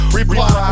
reply